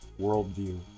worldview